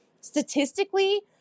Statistically